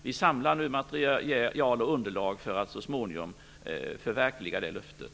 Vi samlar nu material och underlag för att så småningom förverkliga löftet.